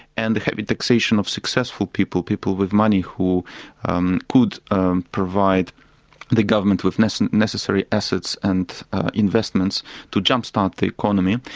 and heavy taxation of successful people, people with money who um could um provide the government with necessary necessary assets and investments to jump-start the economy.